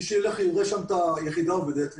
מי שילך יראה שם את היחידה עובדת לתפארת.